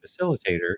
facilitator